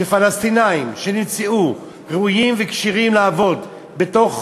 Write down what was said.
שפלסטינים שנמצאו ראויים וכשירים לעבוד בתוך